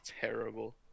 terrible